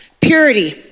Purity